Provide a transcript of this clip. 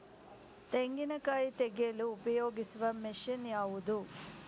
ತೆಂಗಿನಕಾಯಿ ತೆಗೆಯಲು ಉಪಯೋಗಿಸುವ ಮಷೀನ್ ಯಾವುದು?